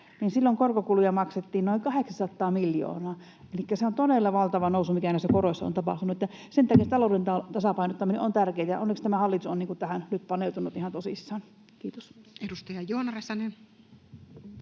silloin korkokuluja maksettiin noin 800 miljoonaa, elikkä se on todella valtava nousu, mikä näissä koroissa on tapahtunut. Sen takia se talouden tasapainottaminen on tärkeää, ja onneksi tämä hallitus on tähän nyt paneutunut ihan tosissaan. — Kiitos.